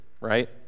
right